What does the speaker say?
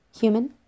human